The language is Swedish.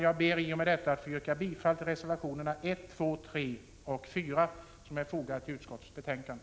Jag ber att med detta få yrka bifall till reservationerna 1, 2,3 och 5, som är fogade till utskottets betänkande.